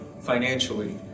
financially